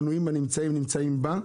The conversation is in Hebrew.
המינויים נמצאים בה,